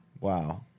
Wow